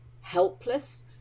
helpless